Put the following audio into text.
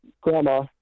Grandma